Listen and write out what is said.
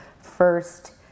first